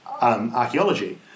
archaeology